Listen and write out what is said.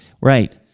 Right